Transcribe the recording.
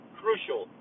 crucial